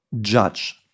judge